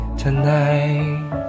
tonight